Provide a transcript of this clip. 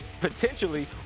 potentially